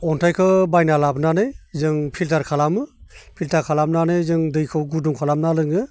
अन्थाइखो बायना लाबोनानै जों फिलटार खालामो फिलटार खालामनानै जों दैखौ गुदुं खालामना लोङो